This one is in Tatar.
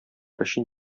өчен